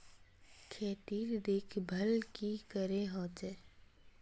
खेतीर देखभल की करे होचे?